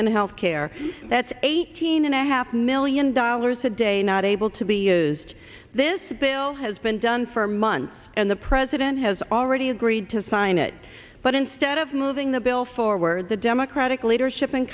and health care that's eighteen and a half million dollars a day not able to be used this bill has been done for months and the president has already agreed to sign it but instead of moving the bill forward the democratic leadership in